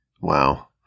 Wow